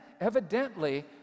evidently